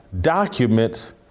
documents